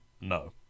No